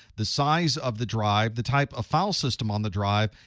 the size of the drive, the type of file system on the drive,